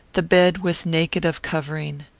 the bed was naked of covering.